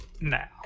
Now